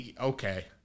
okay